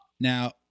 Now